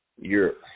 Europe